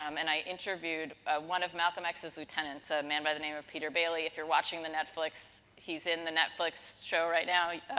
um and, i interviewed one of malcolm x's lieutenants, a man by the name of peter bailey. if you're watching the netflix, he's in the netflix show right now.